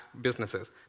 businesses